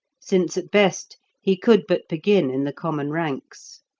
since at best he could but begin in the common ranks.